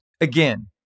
Again